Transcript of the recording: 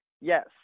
yes